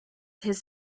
his